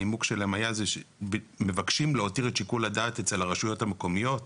הנימוק שלהם היה שמבקשים להותיר את שיקול הדעת אצל הרשויות המקומיות.